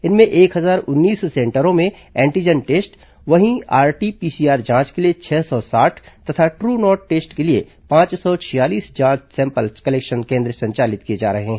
इनमें एक हजार उन्नीस सेंटरों में एंटीजन टेस्ट वहीं आरटी पीसीआर जांच के लिए छह सौ साठ तथा ट्र नॉट टेस्ट के लिए पांच सौ छियालीस जांच सैंपल कलेक्शन केन्द्र संचालित किए जा रहे हैं